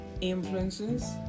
influences